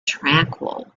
tranquil